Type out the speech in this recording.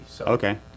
Okay